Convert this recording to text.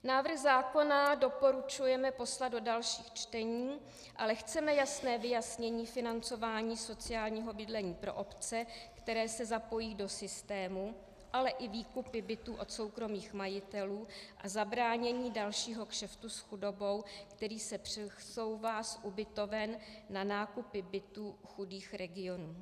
Návrh zákona doporučujeme poslat do dalších čtení, ale chceme jasné vyjasnění financování sociálního bydlení pro obce, které se zapojí do systému, ale i výkupy bytů od soukromých majitelů a zabránění dalšímu kšeftu s chudobou, který se přesouvá z ubytoven na nákupy bytů chudých regionů.